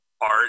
art